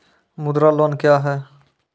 मुद्रा लोन क्या हैं?